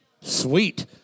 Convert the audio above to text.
sweet